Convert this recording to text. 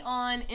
on